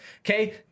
okay